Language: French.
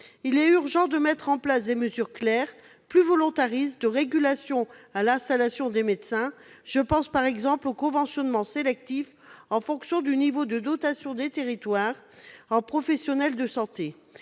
Il est urgent de mettre en place des mesures claires, plus volontaristes, de régulation à l'installation des médecins ; je pense, par exemple, au conventionnement sélectif en fonction du niveau de dotation des territoires en professionnels de santé.